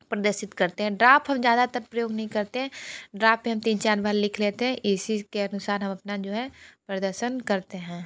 प्रदर्शित करते हैं ड्राफ हम ज़्यादातर प्रयोग नहीं करते हैं ड्राफ पे हम तीन चार बार लिख लेते हैं इस चीज के अनुसार हम अपना जो है प्रदर्शन करते हैं